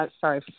sorry